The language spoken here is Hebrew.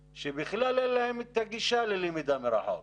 שבכלל אין להם את הגישה ללמידה מרחוק.